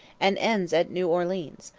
and ends at new orleans,